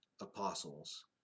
apostles